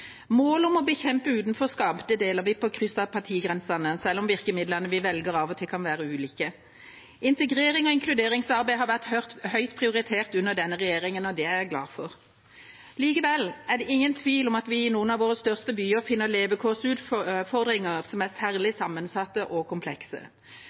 partigrensene, selv om virkemidlene vi velger, av og til kan være ulike. Integrerings- og inkluderingsarbeid har vært høyt prioritert under denne regjeringen, og det er jeg glad for. Likevel er det ingen tvil om at vi i noen av våre største byer finner levekårsutfordringer som er særlig sammensatte og komplekse, utfordringer som